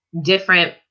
different